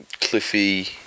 Cliffy